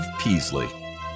Peasley